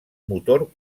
motor